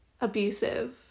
abusive